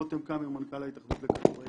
רתם קמר, מנכ"ל ההתאחדות לכדורגל.